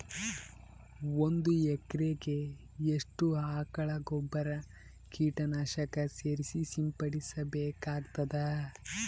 ಒಂದು ಎಕರೆಗೆ ಎಷ್ಟು ಆಕಳ ಗೊಬ್ಬರ ಕೀಟನಾಶಕ ಸೇರಿಸಿ ಸಿಂಪಡಸಬೇಕಾಗತದಾ?